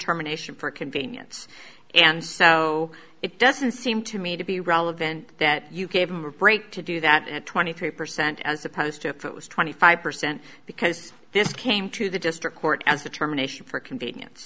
terminations for convenience and so it doesn't seem to me to be relevant that you gave them a break to do that at twenty three percent as opposed to if it was twenty five percent because this came to the district court as determination for convenience